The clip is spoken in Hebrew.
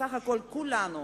בסך הכול כולנו,